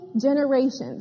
generations